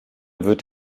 wird